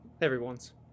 everyone's